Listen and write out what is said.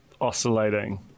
oscillating